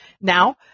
Now